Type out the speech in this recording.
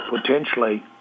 potentially